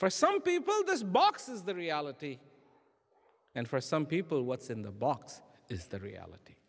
for some people this box is the reality and for some people what's in the box is the reality